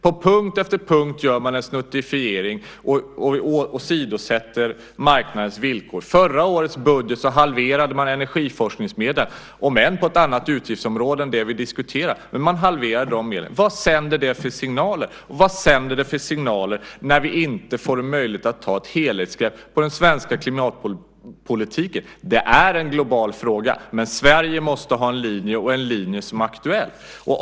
På punkt efter punkt gör man en snuttifiering och åsidosätter marknadens villkor. I förra årets budget halverades energiforskningsmedlen - om än på ett annat utgiftsområde än det vi diskuterar. Vilka signaler sänder det, och vilka signaler sänds när vi inte får möjlighet att ta ett helhetsgrepp om den svenska klimatpolitiken? Detta är en global fråga. Men Sverige måste ha en linje, och då en linje som är aktuell.